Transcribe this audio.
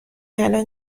الان